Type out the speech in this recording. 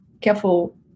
careful